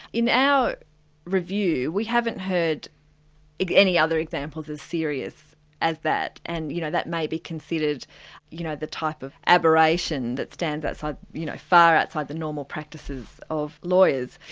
in our review, we haven't heard any other examples as serious as that, and you know that may be considered you know the type of aberration that stands so you know far outside the normal practices of lawyers.